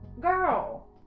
girl